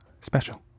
special